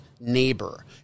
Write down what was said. neighbor